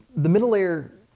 the middle layer,